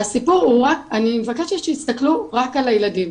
והסיפור הוא, אני מבקשת שתסתכלו רק על הילדים.